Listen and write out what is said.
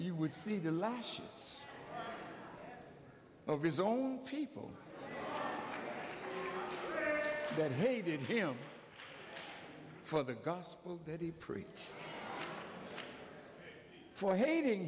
you would see the last of his own people that hated him for the gospel that he preached for hating